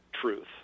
truth